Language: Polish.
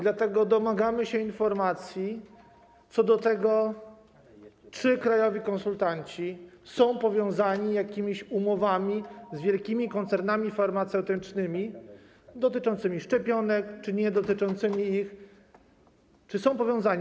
Dlatego domagamy się informacji co do tego, czy krajowi konsultanci są powiązani jakimiś umowami z wielkimi koncernami farmaceutycznymi, umowami dotyczącymi szczepionek czy niedotyczącymi ich - czy są powiązani?